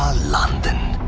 london!